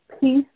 peace